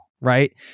right